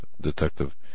detective